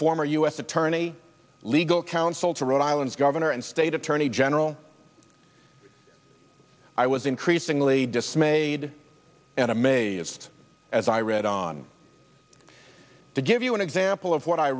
former u s attorney legal counsel to rhode island's governor and state attorney general i was increasingly dismayed and amazed as i read on to give you an example of what i